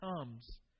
comes